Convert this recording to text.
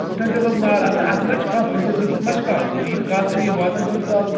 کُٹھٮ۪ن تہِ لوٚگ نار اَچھا اَتہِ ما چھُ کانٛہہ پھٔسِتھ ؤسِتھ ما چھُ کانٛہہ ییٖتِس کالس نہٕ یِم واتن تیٖتِس کالس